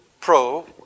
pro